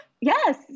Yes